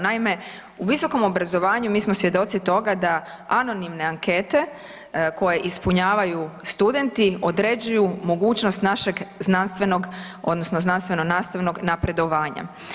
Naime, u visokom obrazovanju, mi smo svjedoci toga da anonimne ankete koje ispunjavaju studenti određuju mogućnost našeg znanstvenog, odnosno znanstveno-nastavnog napredovanja.